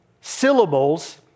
syllables